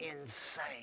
insane